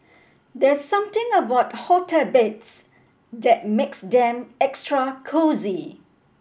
there's something about hotel beds that makes them extra cosy